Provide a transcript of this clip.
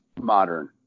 modern